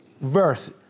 Verse